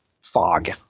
fog